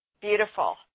beautiful